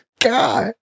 God